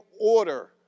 order